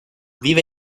vive